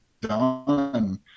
done